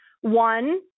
One